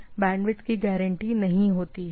तो यह बैंडविड्थ की गारंटी नहीं है